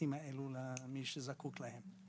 השירותים האלה למי שזקוק להם.